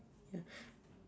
ya